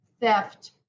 theft